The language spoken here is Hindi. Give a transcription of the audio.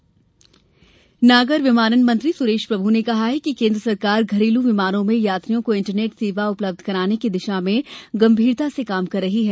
विमान इंटरनेट नागर विमानन मंत्री सुरेश प्रभु ने कहा है कि केन्द्र सरकार घरेलू उड़ानों में यात्रियों को इण्टरनेट सेवा उपलब्ध कराने की दिशा में गंभीरता से काम कर रही है